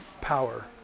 power